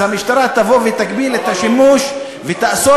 המשטרה תבוא ותגביל את השימוש ותאסור